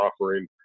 offering